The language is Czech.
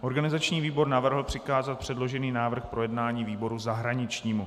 Organizační výbor navrhl přikázat předložený návrh k projednání výboru zahraničnímu.